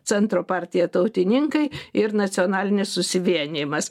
centro partija tautininkai ir nacionalinis susivienijimas